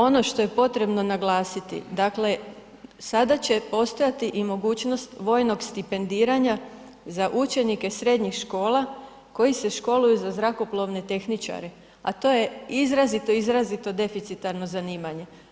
Ono što je potrebno naglasiti, sada će postojati mogućnost vojnog stipendiranja za učenike srednjih škola koji se školuju za zrakoplovne tehničare, a to je izrazito, izrazito deficitarno zanimanje.